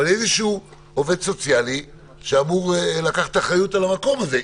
אבל איזשהו עובד סוציאלי שאמור לקחת אחריות על המקום הזה,